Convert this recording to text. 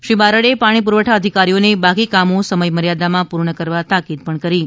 શ્રી બારડે પાણી પુરવઠા અધિકારીઓને બાકી કામો સમથ મર્યાદામાં પૂર્ણ કરવા તાકીદ કરી હતી